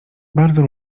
bardzo